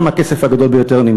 שם נמצא הכסף הגדול ביותר.